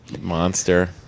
monster